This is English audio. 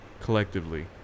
Collectively